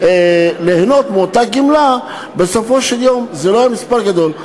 ליהנות מאותה גמלה בסופו של יום לא היה גדול.